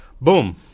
boom